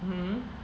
mmhmm